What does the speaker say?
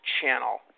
channel